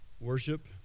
worship